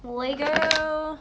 we go